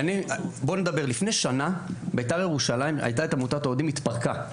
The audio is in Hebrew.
לפני שנה היתה לבית"ר עמותת אוהדים והיא התפרקה.